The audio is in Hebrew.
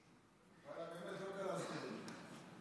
חבר הכנסת אופיר כץ, בבקשה.